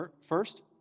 first